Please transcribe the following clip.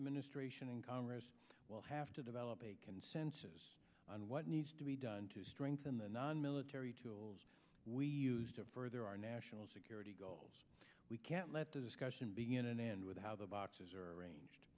administration and congress will have to develop a consensus on what needs to be done to strengthen the nonmilitary tools we use to further our national security goals we can't let the discussion begin and end with how the boxes are arranged